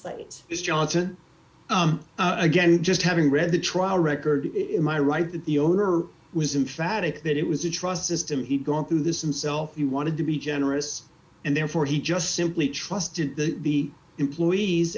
site is johnson again just having read the trial record in my right that the owner was in tragic that it was a trust system he'd gone through this in self you wanted to be generous and therefore he just simply trusted the employees